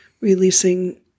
releasing